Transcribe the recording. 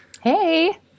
Hey